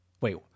Wait